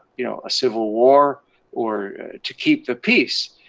you know, a civil war or to keep the peace,